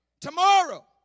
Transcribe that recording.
Tomorrow